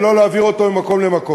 ולא להעביר אותו ממקום למקום.